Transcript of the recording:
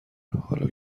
حالا